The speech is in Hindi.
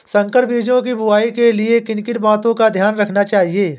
संकर बीजों की बुआई के लिए किन किन बातों का ध्यान रखना चाहिए?